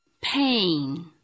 pain